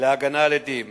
להגנה על עדים